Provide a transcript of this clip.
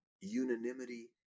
unanimity